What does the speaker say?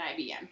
IBM